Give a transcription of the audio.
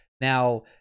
Now